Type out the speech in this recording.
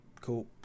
cool